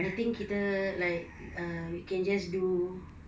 I think kita like err we can just do